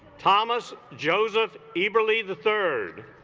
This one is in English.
thomas joseph ii burley the third